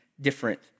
different